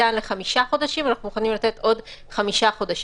ניתן לחמישה חודשים אנחנו מוכנים לתת עוד חמישה חודשים.